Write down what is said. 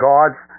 God's